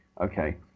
okay